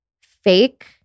fake